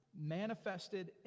manifested